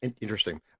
Interesting